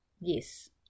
yes